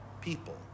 people